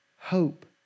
hope